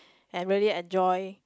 and really enjoy